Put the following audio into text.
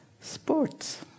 sports